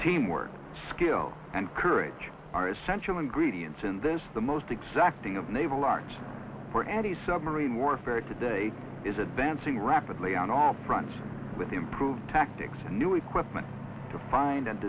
teamwork skill and courage are essential ingredients in this the most exacting of naval arch already submarine warfare today is advancing rapidly on all fronts with improved tactics and new equipment to find and